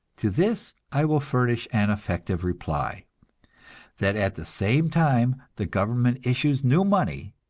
to this i will furnish an effective reply that at the same time the government issues new money,